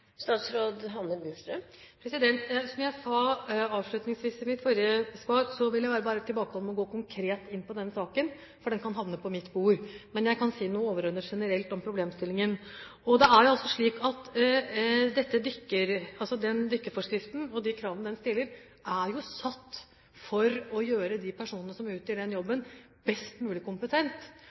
Som jeg sa avslutningsvis i mitt forrige svar, vil jeg være tilbakeholden med å gå konkret inn på denne saken, for den kan havne på mitt bord. Men jeg kan si noe overordnet, generelt om problemstillingen. Det er slik at dykkerforskriften og de kravene den stiller, er satt for å gjøre de personene som utfører den jobben, best mulig